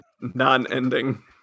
non-ending